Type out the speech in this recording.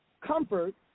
comfort